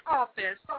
office